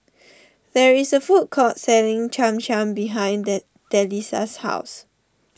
there is a food court selling Cham Cham behind Delisa's house